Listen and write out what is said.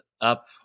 up